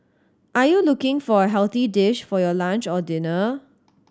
are you looking for a healthy dish for your lunch or dinner